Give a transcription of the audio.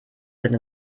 sind